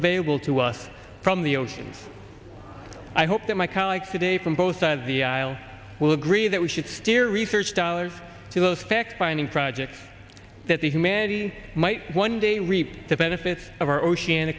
available to us from the oceans i hope that my colleagues today from both side of the aisle will agree that we should steer research dollars to those fact finding projects that the humanity might one day reap the benefits of our ocean